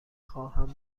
خواهم